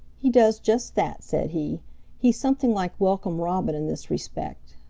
he does just that, said he. he's something like welcome robin in this respect.